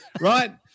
Right